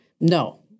no